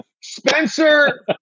Spencer